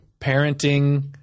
parenting